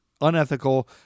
Unethical